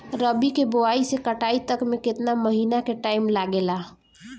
रबी के बोआइ से कटाई तक मे केतना महिना के टाइम लागेला?